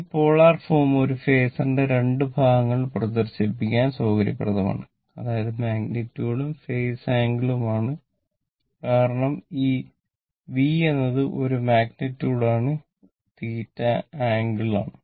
ഈ polar form ഒരു ഫേസറിന്റെ 2 ഭാഗങ്ങൾ പ്രദർശിപ്പിക്കാൻ സൌകര്യപ്രദമാണ് അതായത് മാഗ്നിറ്റ്യൂഡും ഫേസ് ആംഗിളും ആണ് കാരണം ഈ v എന്നത് ഒരു മാഗ്നിറ്റ്യൂഡ് ആണ് θ ആംഗിൾ ആണ്